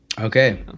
Okay